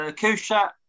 Kushat